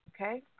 Okay